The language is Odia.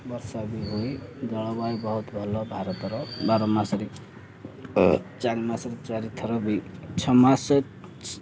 ବର୍ଷା ବି ହୁଏ ଜଳବାୟୁ ବହୁତ ଭଲ ଭାରତର ବାରମାସରେ ଚାରି ମାସରେ ଚାରି ଥର ବି ଛଅ ମାସ